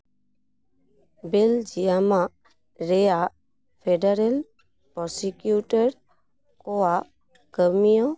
ᱵᱮᱞᱡᱤᱭᱟᱢᱟᱜ ᱨᱮᱭᱟᱜ federal prosecuted ᱠᱚᱣᱟᱜ ᱠᱟᱹᱢᱭᱟᱹ